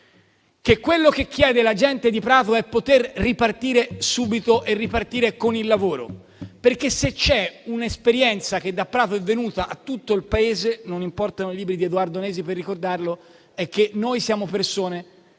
che quello che chiede la gente di Prato è poter ripartire subito e ripartire con il lavoro. Se c'è infatti un'esperienza che da Prato è venuta a tutto il Paese - non importano i libri di Edoardo Nesi per ricordarlo - è che noi siamo persone